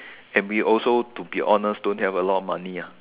and we also to be honest don't have a lot of money ah